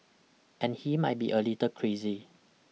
and he might be a little crazy